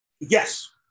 Yes